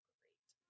great